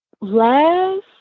last